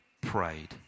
prayed